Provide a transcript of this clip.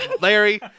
Larry